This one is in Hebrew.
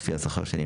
לפי השכר.